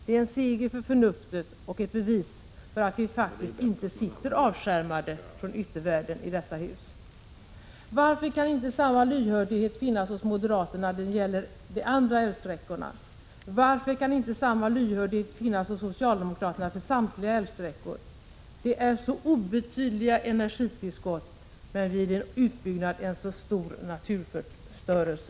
Det är en seger för förnuftet och ett bevis för att vi faktiskt inte sitter avskärmade från yttervärlden i detta hus. Varför kan inte samma lyhördhet finnas hos moderaterna när det gäller de andra älvsträckorna? Varför kan inte samma lyhördhet finnas hos socialdemokraterna för samtliga älvsträckor? Det är alltså obetydliga energitillskott, men vid en utbyggnad en så stor naturförstörelse!